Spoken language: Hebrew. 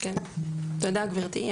תודה גברתי,